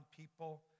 people